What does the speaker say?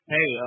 Hey